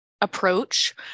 approach